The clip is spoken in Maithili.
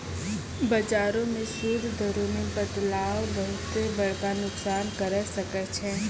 बजारो मे सूद दरो मे बदलाव बहुते बड़का नुकसान करै सकै छै